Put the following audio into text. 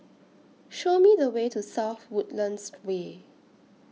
Show Me The Way to South Woodlands Way